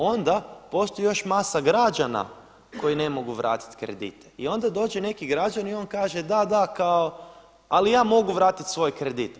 Onda postoji još masa građana koji ne mogu vratit kredite i onda dođe neki građanin i on kaže da, da kao ali ja mogu vratit svoj kredit.